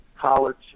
college